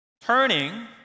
turning